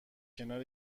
کنار